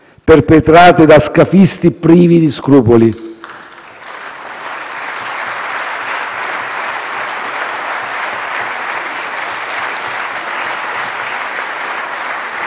perpetrate da scafisti privi di scrupoli.